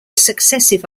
successive